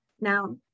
Now